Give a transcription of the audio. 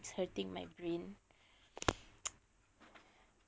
it's hurting my brain